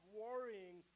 worrying